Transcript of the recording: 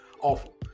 awful